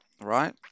right